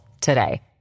today